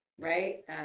right